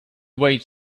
wait